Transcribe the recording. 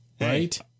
Right